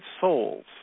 souls